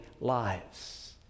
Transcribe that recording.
lives